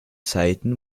zeiten